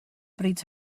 bryd